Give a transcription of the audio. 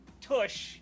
tush